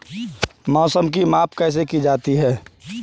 मौसम की माप कैसे की जाती है?